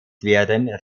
werden